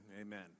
Amen